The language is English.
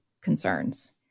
concerns